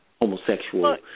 homosexual